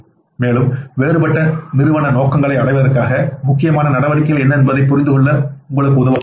மேலும் வேறுபட்ட நிறுவன நோக்கங்களை அடைவதற்கான முக்கியமான நடவடிக்கைகள் என்ன என்பதைப் புரிந்துகொள்ள உங்களுக்கு உதவப் போகிறது